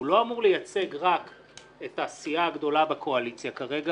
הוא לא אמור לייצג רק את הסיעה הגדולה בקואליציה כרגע,